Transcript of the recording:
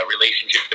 relationship